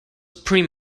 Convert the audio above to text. pretty